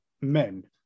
men